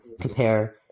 compare